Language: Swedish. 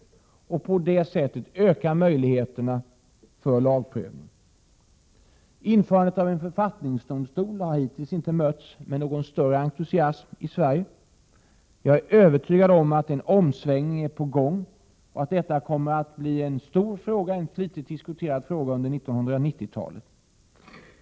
1987/88:95 sättet kunde man öka möjligheterna för lagprövning. 7 april 1988 Införandet av en författningsdomstol har hittills inte mötts med någon större entusiasm i Sverige. Jag är övertygad om att en omsvängning är på väg och att detta kommer att bli en flitigt diskuterad fråga under 1990-talet.